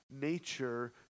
nature